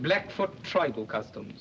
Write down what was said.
blackfoot tribal custom